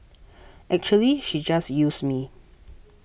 actually she just used me